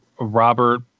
Robert